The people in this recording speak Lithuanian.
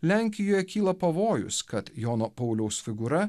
lenkijoje kyla pavojus kad jono pauliaus figūra